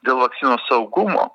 dėl vakcinos saugumo